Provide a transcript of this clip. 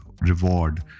reward